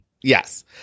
Yes